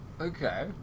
okay